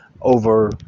over